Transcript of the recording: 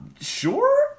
Sure